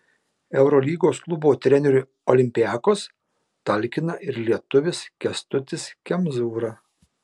eurolygos klubo treneriui olympiakos talkina ir lietuvis kęstutis kemzūra